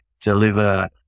deliver